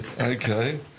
Okay